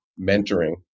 mentoring